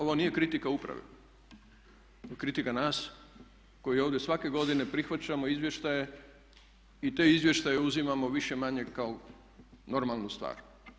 Ovo nije kritika uprave, to je kritika nas koji ovdje svake godine prihvaćamo izvještaje i te izvještaje uzimamo više-manje kao normalnu stvar.